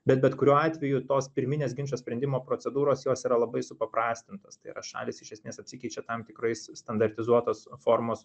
bet bet kuriuo atveju tos pirminės ginčo sprendimo procedūros jos yra labai supaprastintas tai yra šalys iš esmės atsikeičia tam tikrais standartizuotos formos